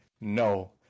no